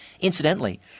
Incidentally